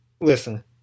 Listen